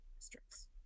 districts